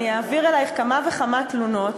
אני אעביר אלייך כמה וכמה תלונות.